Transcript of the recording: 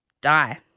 die